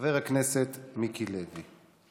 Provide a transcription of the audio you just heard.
חבר הכנסת מיקי לוי.